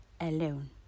alone